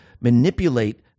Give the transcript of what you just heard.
manipulate